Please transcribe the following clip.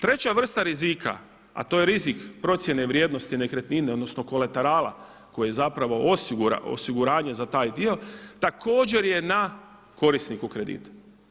Treća vrsta rizika, a to je rizik procjene vrijednosti nekretnine, odnosno kolaterala koji je zapravo osiguranje za taj dio također je na korisniku kredita.